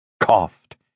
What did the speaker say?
coughed